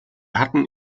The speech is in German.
hatten